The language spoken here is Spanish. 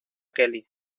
kelly